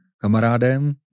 kamarádem